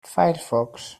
firefox